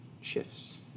shifts